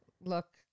Look